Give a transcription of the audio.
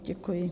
Děkuji.